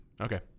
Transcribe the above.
Okay